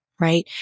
Right